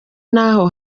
naho